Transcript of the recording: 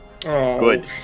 Good